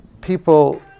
people